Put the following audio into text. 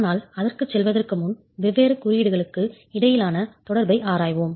ஆனால் அதற்குச் செல்வதற்கு முன் வெவ்வேறு குறியீடுகளுக்கு இடையிலான தொடர்பை ஆராய்வோம்